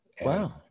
wow